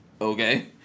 Okay